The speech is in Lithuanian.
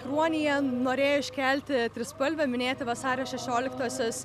kruonyje norėjo iškelti trispalvę minėti vasario šešioliktosios